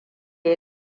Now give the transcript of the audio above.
ya